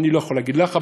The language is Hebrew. אני לא יכול להגיד לך.